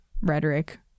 rhetoric